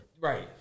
Right